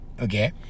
Okay